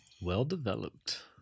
Well-developed